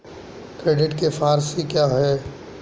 Credit के four C क्या हैं?